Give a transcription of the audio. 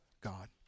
God